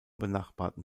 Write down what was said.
benachbarten